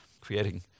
creating